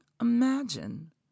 imagine